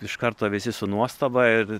iš karto visi su nuostaba ir